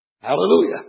Hallelujah